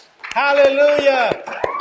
hallelujah